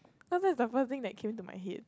cause that's the first thing that came to my head